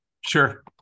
Sure